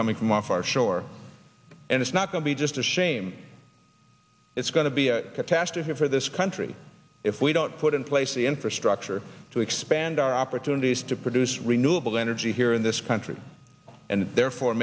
coming from our far shore and it's not going to be just a shame it's going to be a catastrophe for this country if we don't put in place the infrastructure to expand our opportunities to produce renewable energy here in this country and therefore